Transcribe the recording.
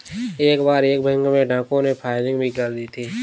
एक बार एक बैंक में डाकुओं ने फायरिंग भी कर दी थी